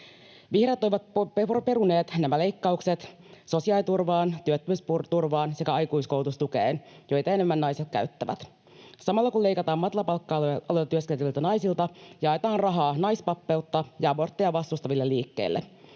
Vihreät ovat peruneet nämä leikkaukset sosiaaliturvaan, työttömyysturvaan sekä aikuiskoulutustukeen, joita naiset käyttävät enemmän. Samalla kun leikataan matalapalkka-aloilla työskenteleviltä naisilta, jaetaan rahaa naispappeutta ja abortteja vastustaville liikkeille.